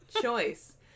choice